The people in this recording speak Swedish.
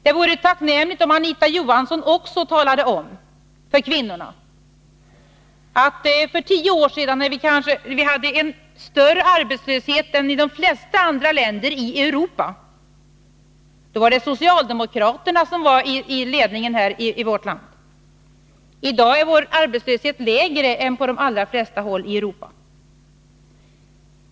Det vore tacknämligt om Anita Johansson också talade om för kvinnorna att för tio år sedan, när vi hade en större arbetslöshet än man hade i de flesta andra länder i Europa, var socialdemokraterna i ledningen. I dag är vår arbetslöshet lägre än på de allra flesta håll i Europa.